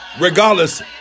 regardless